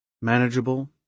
manageable